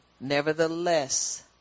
Nevertheless